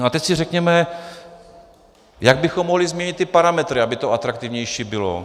A teď si řekněme, jak bychom mohli změnit ty parametry, aby to atraktivnější bylo.